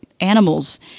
animals